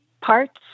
parts